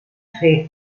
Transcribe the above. fer